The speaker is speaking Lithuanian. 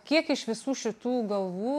kiek iš visų šitų galvų